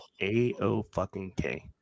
A-O-fucking-K